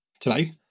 today